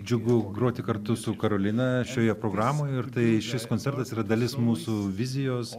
džiugu groti kartu su karolina šioje programoj ir tai šis koncertas yra dalis mūsų vizijos